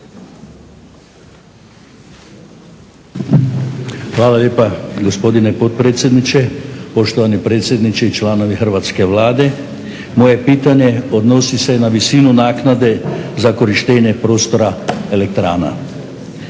Hvala lijepa, gospodine potpredsjedniče. Poštovani predsjedniče i članovi hrvatske Vlade. Moje pitanje odnosi se na visinu naknade za korištenje prostora elektrana.